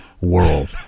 world